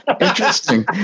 interesting